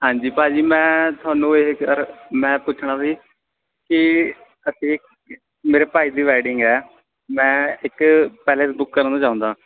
ਹਾਂਜੀ ਭਾਅ ਜੀ ਮੈਂ ਤੁਹਾਨੂੰ ਇਹ ਯਾਰ ਮੈਂ ਪੁੱਛਣਾ ਸੀ ਕਿ ਅਸੀਂ ਮੇਰੇ ਭਾਈ ਦੀ ਵੈਡਿੰਗ ਹੈ ਮੈਂ ਇੱਕ ਪੈਲਿਸ ਬੁੱਕ ਕਰਨਾ ਚਾਹੁੰਦਾ